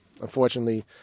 Unfortunately